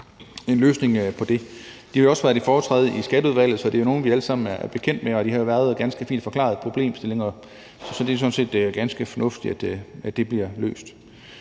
en løsning på det. De har jo også haft foretræde i Skatteudvalget, så det er nogle, vi alle sammen er bekendte med; de har været der og ganske fint forklaret problemstillinger, så det er sådan set ganske fornuftigt, at det bliver løst.